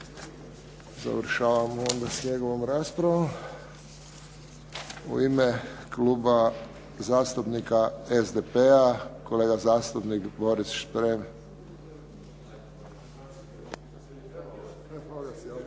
Završavamo onda s njegovom raspravom. U ime Kluba zastupnika SDP-a, kolega zastupnik Boris Šprem.